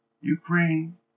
Ukraine